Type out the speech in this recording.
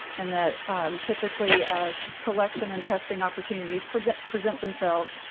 and that typically as collection and testing opportunities present present themselves.